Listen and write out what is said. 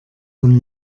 von